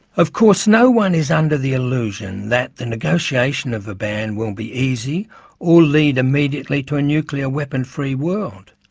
of course, no one is under the illusion that the negotiation of a ban will be easy or lead immediately to a nuclear-weapon-free world.